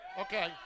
okay